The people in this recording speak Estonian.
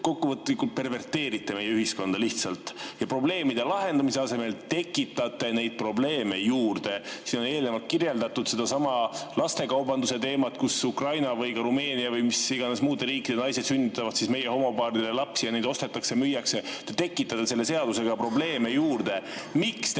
te lihtsalt perverteerite meie ühiskonda ja probleemide lahendamise asemel tekitate probleeme juurde. Siin on eelnevalt kirjeldatud sedasama lastekaubanduse teemat. Ukraina ja Rumeenia ja mis iganes muude riikide naised sünnitavad meie homopaaridele lapsi ja neid ostetakse-müüakse. Te tekitate selle seadusega probleeme juurde. Miks te